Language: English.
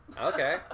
Okay